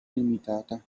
limitata